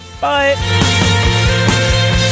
Bye